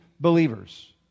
believers